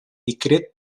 écrites